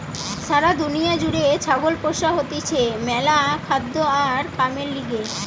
সারা দুনিয়া জুড়ে ছাগল পোষা হতিছে ম্যালা খাদ্য আর কামের লিগে